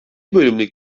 bölümlük